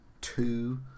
two